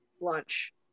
lunch